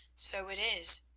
so it is.